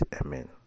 Amen